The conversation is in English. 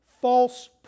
false